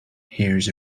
hears